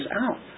out